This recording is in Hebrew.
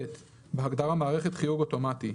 בהגדרה "מערכת חיוג אוטומטי",